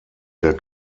der